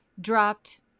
dropped